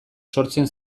sortzen